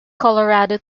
colorado